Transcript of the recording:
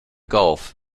gulf